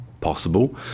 possible